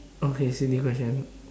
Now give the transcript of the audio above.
okay silly question